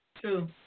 True